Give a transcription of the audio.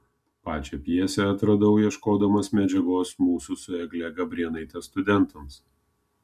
pačią pjesę atradau ieškodamas medžiagos mūsų su egle gabrėnaite studentams